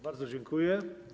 Bardzo dziękuję.